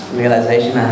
realization